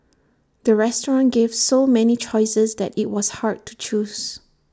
the restaurant gave so many choices that IT was hard to choose